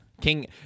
King